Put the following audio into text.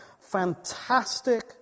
Fantastic